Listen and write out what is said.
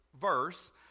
verse